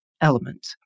element